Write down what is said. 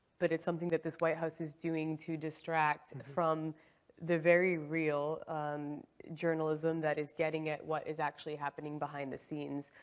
but it's something that this white house is doing to distract and from the very real um journalism that is getting at what is actually happening behind the scenes,